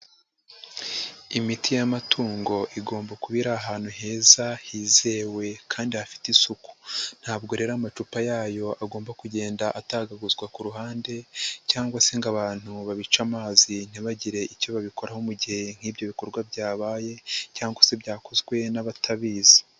Imiti y'amatungo igomba kuba iri ahantu heza, hizewe kandi hafite isuku, ntabwo rero amacupa yayo, agomba kugenda atagaguzwa ku ruhande cyangwa se ngo abantu babice amazi, ntibagire icyo babikoraho mu gihe nk'ibyo bikorwa byabaye cyangwa se byakozwe n'abatabizi.